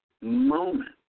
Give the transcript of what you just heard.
moment